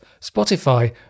Spotify